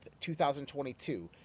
2022